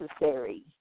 necessary